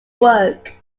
work